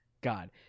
God